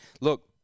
look